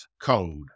code